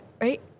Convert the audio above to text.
right